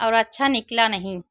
और अच्छा निकला नहीं